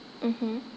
mmhmm